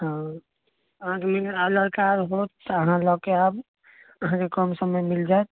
हँ अहाँके नियन आर लड़का आर होयत तऽ लऽ के आएब अहाँक कम सममे मिल जाएत